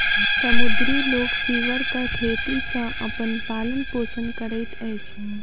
समुद्री लोक सीवरक खेती सॅ अपन पालन पोषण करैत अछि